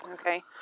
okay